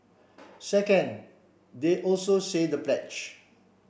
second they also say the pledge